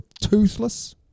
toothless